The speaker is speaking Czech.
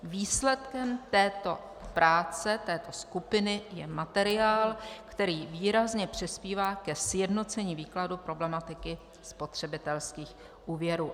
Výsledkem práce této skupiny je materiál, který výrazně přispívá ke sjednocení výkladu problematiky spotřebitelských úvěrů.